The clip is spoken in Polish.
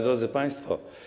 Drodzy Państwo!